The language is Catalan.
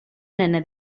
nena